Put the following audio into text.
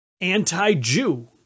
anti-jew